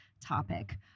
topic